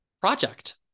project